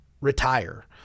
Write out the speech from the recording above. retire